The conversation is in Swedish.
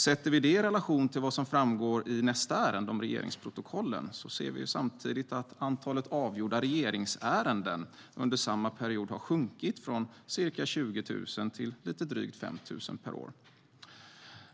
Sätter vi det i relation till vad som framgår i nästa ärende, Regeringsprotokollen, ser vi samtidigt att antalet avgjorda regeringsärenden under samma period har sjunkit från ca 20 000 till lite drygt 5 000 per år.